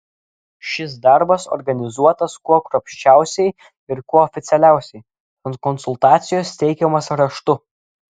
šis darbas organizuotas kuo kruopščiausiai ir kuo oficialiausiai tad konsultacijos teikiamos raštu